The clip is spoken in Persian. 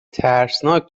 ترسناک